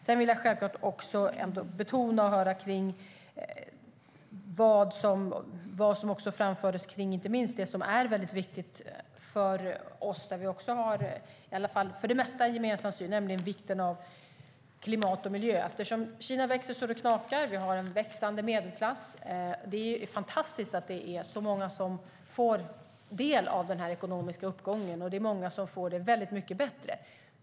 Sedan vill jag självklart också höra vad som framfördes kring det som inte minst är väldigt viktigt för oss, där vi i alla fall för det mesta har en gemensam syn. Det handlar om vikten av klimat och miljö. Kina växer så att det knakar. Vi har en växande medelklass. Det är fantastiskt att det är så många som får del av den ekonomiska uppgången. Det är många som får det väldigt mycket bättre.